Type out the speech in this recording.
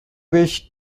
wish